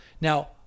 Now